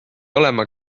olema